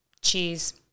Cheese